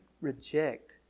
reject